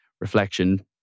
reflection